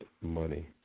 money